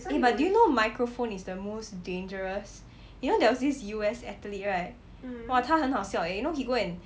eh do you know microphone is the most dangerous you know there was this U_S athlete right !wah! 他很好笑 eh you know he go and